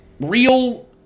real